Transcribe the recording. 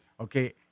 Okay